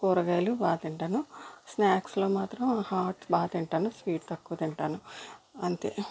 ఆకుకూరలు కురగాయలు బాగా తింటాను స్నాక్స్లో మాత్రం హాట్ బాగా తింటాను స్వీట్ తక్కువ తింటాను అంతే